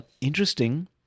interesting